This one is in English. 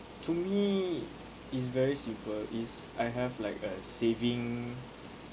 to me is very simple is I have like a saving